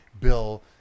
Bill